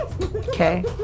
Okay